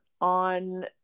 on